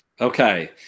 okay